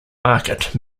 market